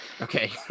Okay